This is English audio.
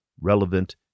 relevant